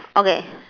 okay